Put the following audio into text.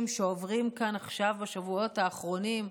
שעוברים כאן עכשיו בשבועות האחרונים: